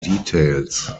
details